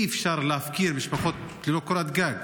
אי-אפשר להפקיר משפחות ללא קורת גג.